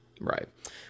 Right